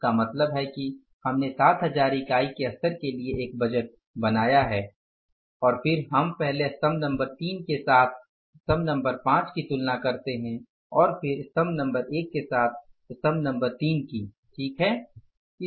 इसका मतलब है कि हमने 7000 इकाई के स्तर के लिए एक बजट बनाया है और फिर हम पहले स्तम्भ नंबर 3 के साथ स्तम्भ नंबर 5 की तुलना करते हैं और फिर स्तम्भ नंबर 1 के साथ स्तम्भ नंबर 3 की ठीक है